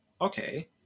Okay